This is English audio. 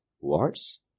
Wars